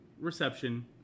reception